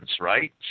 right